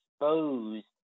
exposed